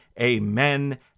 amen